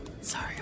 Sorry